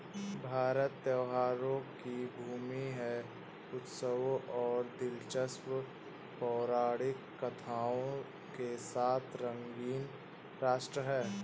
भारत त्योहारों की भूमि है, उत्सवों और दिलचस्प पौराणिक कथाओं के साथ रंगीन राष्ट्र है